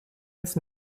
jetzt